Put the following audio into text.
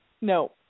No